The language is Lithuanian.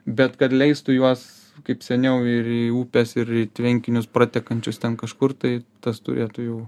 bet kad leistų juos kaip seniau ir į upes ir į tvenkinius pratekančius ten kažkur tai tas turėtų jau